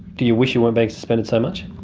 do you wish you weren't being suspended so much?